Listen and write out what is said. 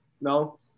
No